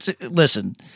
listen